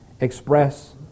express